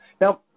Now